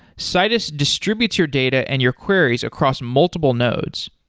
citus distributes your data and your queries across multiple nodes.